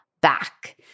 back